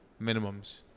minimums